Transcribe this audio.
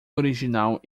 original